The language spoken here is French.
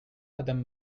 madame